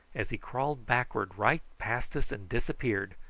as he crawled backwards right past us and disappeared,